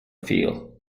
appeal